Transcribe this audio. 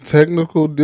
technical